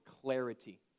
clarity